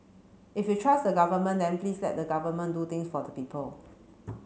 if you trust the government then please let the government do things for the people